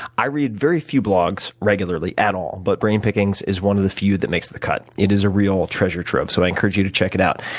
i read very few blogs regularly, at all, but brainpickings is one of the few that makes the cut. it is a real treasure trove so i encourage you to check it out.